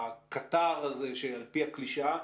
הקטר הזה על פי הקלישאה,